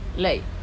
like